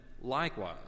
likewise